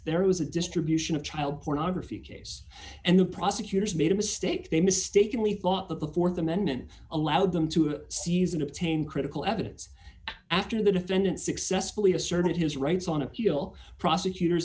there was a distribution of child pornography case and the prosecutors made a mistake they mistakenly thought that the th amendment allowed them to season obtain critical evidence after the defendant successfully asserted his rights on appeal prosecutors